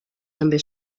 també